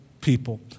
people